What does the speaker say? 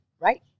Right